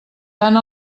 tant